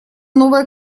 новая